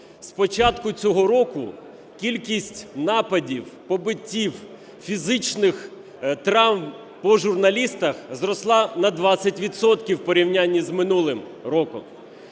початку цього року кількість нападів, побиттів, фізичних травм по журналістах зросла на 20 відсотків у порівнянні з минулим роком.